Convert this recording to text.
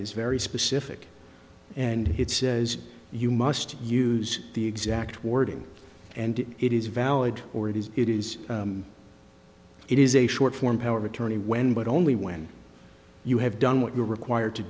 is very specific and it says you must use the exact wording and it is valid or it is is it it is a short form power of attorney when but only when you have done what you're required to